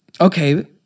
okay